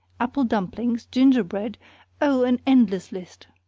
apple dumplings, gingerbread oh, an endless list!